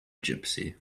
gipsy